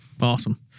Awesome